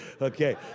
Okay